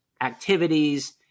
activities